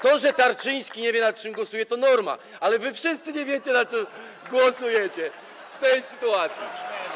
To, że Tarczyński nie wie, nad czym głosuje, to norma, ale wszyscy nie wiecie, nad czym głosujecie w tej sytuacji.